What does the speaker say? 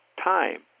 Time